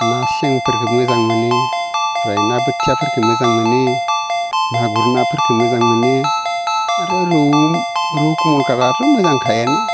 ना सेंफोरखौ मोजां मोनो ओमफ्राय ना बोथियाफोरखो मोजां मोनो मागुर नाफोरखो मोजां मोनो आरो रौ रौ कमनखाथआथ' मोजांखायानो